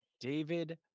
David